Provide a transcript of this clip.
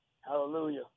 Hallelujah